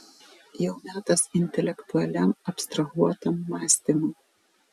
jau metas intelektualiam abstrahuotam mąstymui